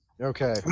Okay